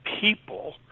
people